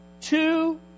two